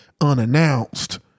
unannounced